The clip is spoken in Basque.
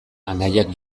anaiak